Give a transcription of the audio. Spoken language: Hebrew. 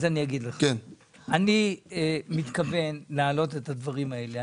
אני מתכוון להעלות את הדברים האלה.